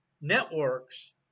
networks